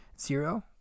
Zero